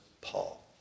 Paul